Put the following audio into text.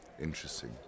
Interesting